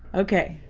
okay.